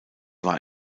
war